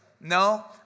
No